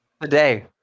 today